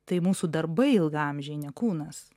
tai mūsų darbai ilgaamžiai ne kūnas